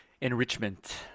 Enrichment